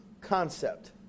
concept